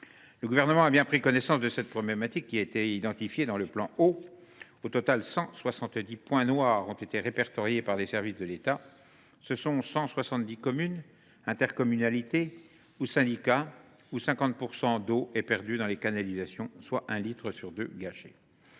Le Gouvernement a bien pris connaissance de cette problématique, qui est identifiée dans le plan Eau. Au total, 170 points noirs ont été répertoriés par les services de l’État, soit 170 communes, intercommunalités ou syndicats où 50 % de la ressource est perdue dans les canalisations : un litre sur deux est